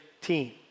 team